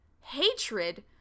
hatred